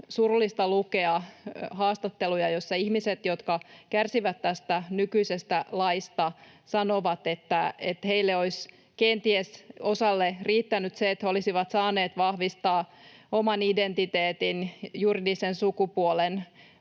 surullista lukea haastatteluja, joissa ihmiset, jotka kärsivät tästä nykyisestä laista, sanovat, että heistä osalle olisi kenties riittänyt se, että he olisivat saaneet vahvistaa oman identiteetin, juridisen sukupuolen,